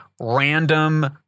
random